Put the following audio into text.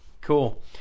Cool